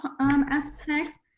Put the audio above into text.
aspects